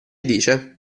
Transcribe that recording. dice